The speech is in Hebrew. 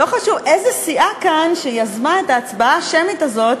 לא חשוב איזה סיעה כאן יזמה את ההצבעה השמית הזאת,